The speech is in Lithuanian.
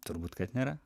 turbūt kad nėra